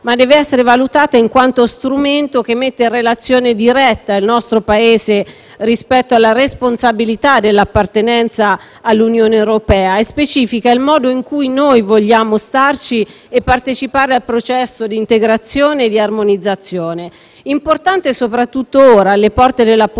ma debba essere valutata in quanto strumento che mette in relazione diretta il nostro Paese rispetto alla responsabilità dell'appartenenza all'Unione europea: essa specifica il modo in cui noi vogliamo starci e partecipare al processo di integrazione e di armonizzazione (importante soprattutto ora, alle porte dell'appuntamento